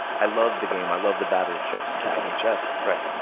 i love the game. i love the battle of chess. attacking chess. right.